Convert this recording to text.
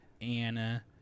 Anna